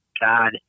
God